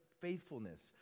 faithfulness